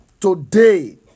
Today